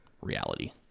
reality